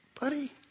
buddy